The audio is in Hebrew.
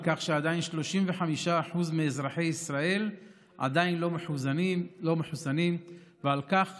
על כך שעדיין 35% מאזרחי ישראל עדיין לא מחוסנים ועל כך